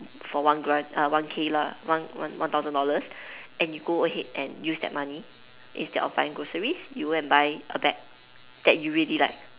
for one grand uh one K lah one one one thousand dollars and you go ahead and use that money instead of buying groceries you go and buy a bag that you really like